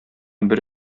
бер